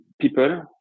people